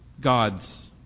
God's